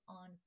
on